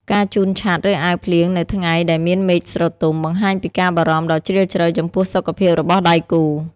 ការជូនឆ័ត្រ ឬអាវភ្លៀងនៅថ្ងៃដែលមានមេឃស្រទុំ បង្ហាញពីការបារម្ភដ៏ជ្រាលជ្រៅចំពោះសុខភាពរបស់ដៃគូ។